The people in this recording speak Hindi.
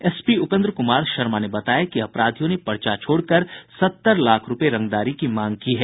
एसपी उपेन्द्र कुमार शर्मा ने बताया कि अपराधियों ने पर्चा छोड़कर सत्तर लाख रूपये रंगदारी की मांग की है